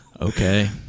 Okay